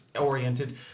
oriented